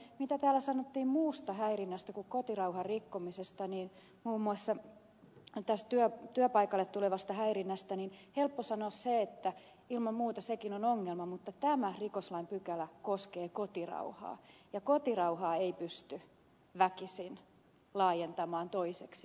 siitä mitä täällä sanottiin muusta häirinnästä kuin kotirauhan rikkomisesta totean että muun muassa tästä työpaikalle tulevasta häirinnästä on helppo sanoa se että ilman muuta sekin on ongelma mutta tämä rikoslain pykälä koskee kotirauhaa ja kotirauhaa ei pysty väkisin laajentamaan toiseksi